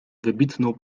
wybitną